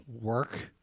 work